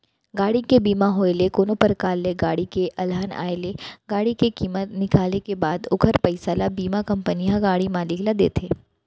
गाड़ी के बीमा होय ले कोनो परकार ले गाड़ी म अलहन आय ले गाड़ी के कीमत निकाले के बाद ओखर पइसा ल बीमा कंपनी ह गाड़ी मालिक ल देथे